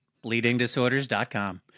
bleedingdisorders.com